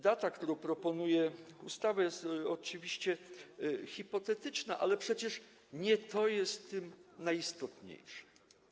Data, którą proponuje ustawa, jest oczywiście hipotetyczna, ale przecież nie to jest w tym najistotniejsze.